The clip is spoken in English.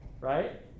right